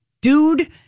Dude